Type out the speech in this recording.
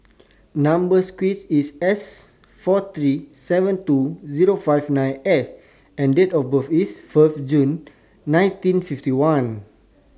Number sequence IS S four three seven two Zero five nine S and Date of birth IS Fourth June nineteen fifty one